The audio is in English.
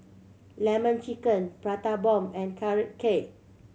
Lemon Chicken Prata Bomb and Carrot Cake